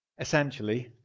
Essentially